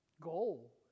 goal